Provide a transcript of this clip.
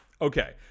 Okay